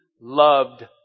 loved